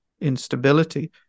instability